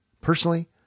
personally